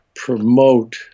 promote